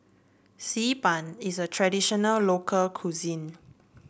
Xi Ban is a traditional local cuisine